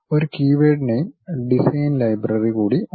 ഒരു keyword name design library കൂടി ഉണ്ട്